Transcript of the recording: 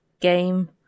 game